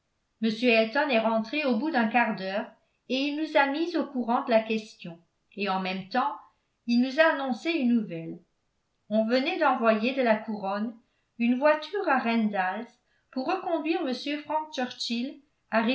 m elton est rentré au bout d'un quart d'heure et il nous a mises au courant de la question et en même temps il nous a annoncé une nouvelle on venait d'envoyer de la couronne une voiture à randalls pour reconduire m frank